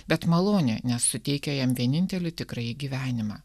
bet malonė nesuteikia jam vienintelį tikrąjį gyvenimą